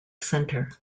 center